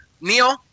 Neil